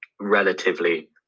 relatively